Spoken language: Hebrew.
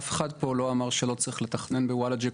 אף אחד פה לא אמר שלא צריך לתכנן בוולאג'ה,